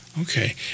Okay